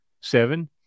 seven